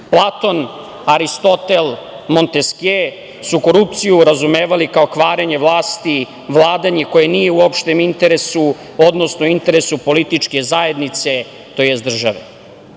društva. Platon, Aristotel, Monteskje su korupciju razumevali kao kvarenje vlasti, vladanje koje nije u opštem interesu, odnosno interesu političke zajednice, tj.